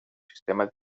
sistema